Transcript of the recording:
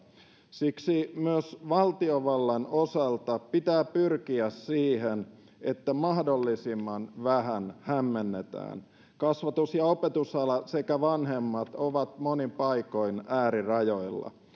siksi myös valtiovallan osalta pitää pyrkiä siihen että mahdollisimman vähän hämmennetään kasvatus ja opetusala sekä vanhemmat ovat monin paikoin äärirajoilla